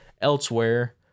elsewhere